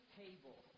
table